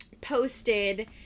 posted